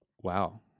Wow